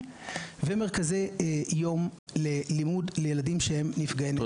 ומרכזי יום ללימוד לילדים שהם נפגעי נפש.